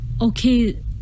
okay